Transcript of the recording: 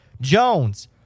Jones